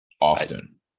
often